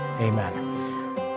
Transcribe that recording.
amen